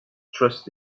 trust